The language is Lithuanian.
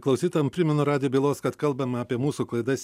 klausytojam primenu radijo bylos kad kalbam apie mūsų klaidas